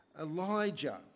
Elijah